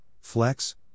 flex